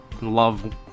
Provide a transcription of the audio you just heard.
love